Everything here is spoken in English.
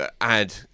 add